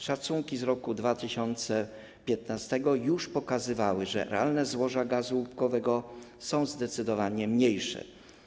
Szacunki z roku 2015 już pokazywały, że realne złoża gazu łupkowego są zdecydowanie mniejsze.